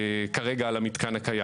כרגע על המתקן הקיים.